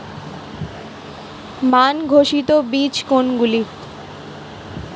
মান ঘোষিত বীজ কোনগুলি?